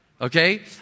okay